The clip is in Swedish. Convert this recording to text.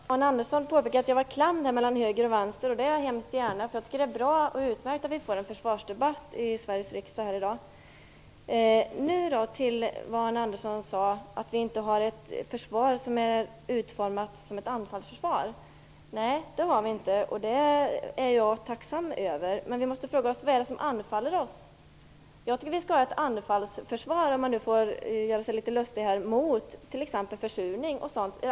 Fru talman! Arne Andersson påpekar att jag är klämd mellan höger och vänster, och det är jag hemskt gärna. Jag tycker det är utmärkt att vi i dag får en försvarsdebatt här i Sveriges riksdag. Sedan till det Arne Andersson sade om att vi inte har ett försvar som är utformat som ett anfallsförsvar. Nej, det har vi inte, och det är jag tacksam över. Men vi måste fråga oss: Vad är det som anfaller oss? Jag tycker att vi skall ha ett anfallsförsvar, om jag nu får göra mig litet lustig, mot t.ex. försurning och liknande.